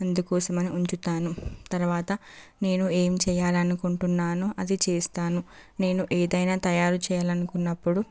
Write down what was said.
అందుకోసమని ఉంచుతాను తర్వాత నేను ఏం చెయ్యాలి అనుకుంటున్నాను అది చేస్తాను నేను ఏదైనా తయారు చెయ్యాలి అనుకున్నప్పుడు